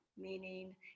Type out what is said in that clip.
meaning